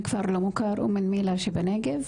מכפר לא מוכר - אומנמילה שבנגב,